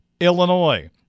Illinois